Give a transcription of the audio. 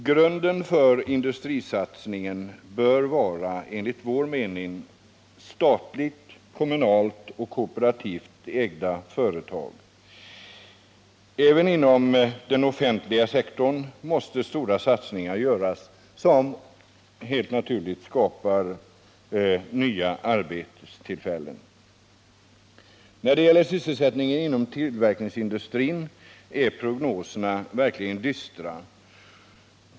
Grunden för en industrisatsning bör enligt vår mening vara statligt, kommunalt och kooperativt ägda företag. Även inom den offentliga sektorn måste stora satsningar göras, som helt naturligt skapar nya arbetstillfällen. När det gäller sysselsättningen inom tillverkningsindustrin är prognoserna verkligen dystra.